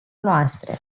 noastre